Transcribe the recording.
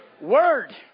Word